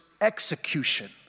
execution